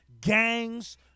gangs